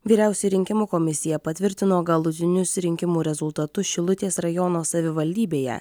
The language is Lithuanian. vyriausioji rinkimų komisija patvirtino galutinius rinkimų rezultatus šilutės rajono savivaldybėje